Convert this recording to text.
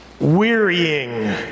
Wearying